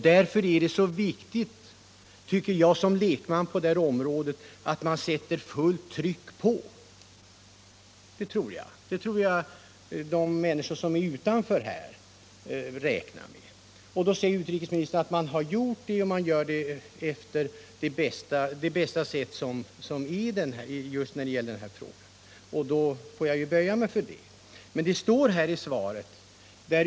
Därför är det så viktigt, tror jag som lekman på detta område, att man sätter fullt tryck på. Det tror jag att människorna utanför detta hus räknar med. Utrikesministern säger att man har gjort det, och att man handlagt frågan på det för det här ärendet bästa sättet. Jag får då böja mig för det.